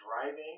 driving